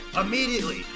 Immediately